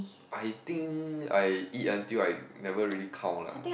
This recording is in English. I think I eat until I never really count lah